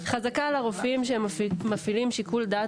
חזקה על הרופאים שהם מפעילים שיקול דעת